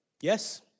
Yes